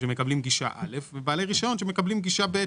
שמקבלים גישה א' ובעלי רישיון וסוכנים שמקבלים גישה ב',